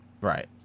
right